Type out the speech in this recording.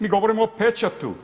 Mi govorimo o pečatu.